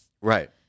Right